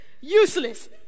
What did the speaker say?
Useless